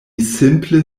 simple